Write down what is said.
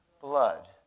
blood